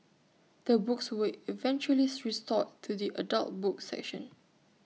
the books were eventually restored to the adult books section